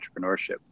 entrepreneurship